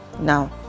Now